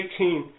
18